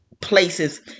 places